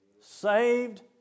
Saved